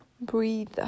Breathe